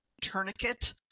tourniquet